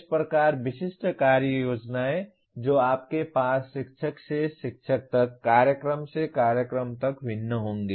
इस प्रकार विशिष्ट कार्य योजनाएँ जो आपके पास शिक्षक से शिक्षक तक कार्यक्रम से कार्यक्रम तक भिन्न होंगे